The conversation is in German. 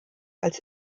als